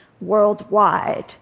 worldwide